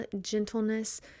gentleness